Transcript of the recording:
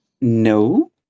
No